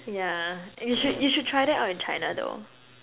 yeah you should you should try that out in China though